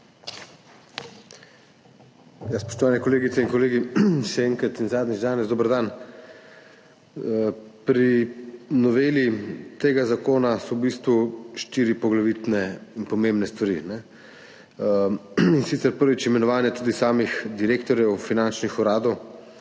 Spoštovani kolegice in kolegi! Še enkrat in zadnjič danes, dober dan! Pri noveli tega zakona so v bistvu štiri poglavitne in pomembne stvari, in sicer, prvič, imenovanje samih direktorjev finančnih uradov.